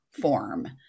form